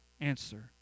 answer